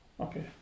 Okay